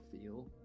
feel